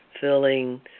filling